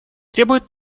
требует